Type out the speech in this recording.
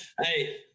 Hey